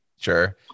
Sure